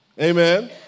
Amen